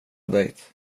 dejt